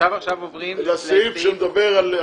סעיף 5 אושר.